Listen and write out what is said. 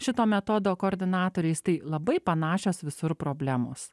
šito metodo koordinatoriais tai labai panašios visur problemos